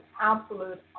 absolute